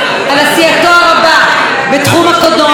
על עשייתו בתחום הקולנוע,